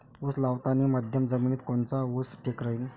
उस लावतानी मध्यम जमिनीत कोनचा ऊस ठीक राहीन?